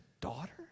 daughter